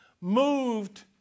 moved